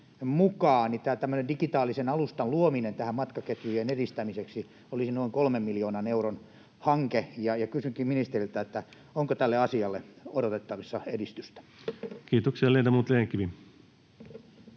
mukaan tämä tämmöinen digitaalisen alustan luominen matkaketjujen edistämiseksi olisi noin 3 miljoonan euron hanke. Kysynkin ministeriltä: onko tälle asialle odotettavissa edistystä? Kiitoksia. — Ledamot Rehn-Kivi.